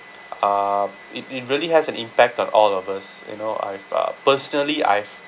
um it it really has an impact on all of us you know I've uh personally I've